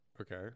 Okay